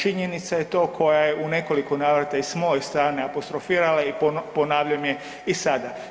Činjenica je to koja je u nekoliko navrata i s moje strane apostrofirala i ponavljam je i sada.